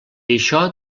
això